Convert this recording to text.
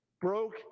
broke